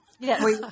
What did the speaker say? Yes